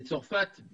בצרפת,